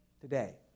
today